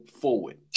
forward